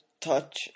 Touch